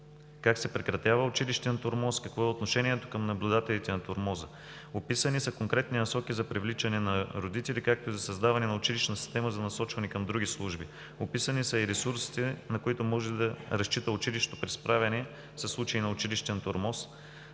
как се прекратява училищен тормоз, какво е отношението към наблюдателите на тормоза. Описани са конкретни насоки за привличане на родители, както и за създаване на училищна система за насочване към други служби. Описани са и ресурсите, на които може да разчита училището при справяне със случаи на училищен тормоз.